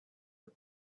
the